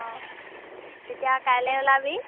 অঁ তেতিয়া কাইলৈ ওলাবি